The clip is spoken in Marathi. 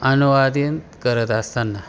अनुवादित करत असताना